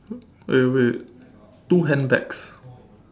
eh wait two handbags